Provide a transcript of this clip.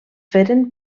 feren